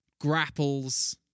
grapples